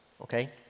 okay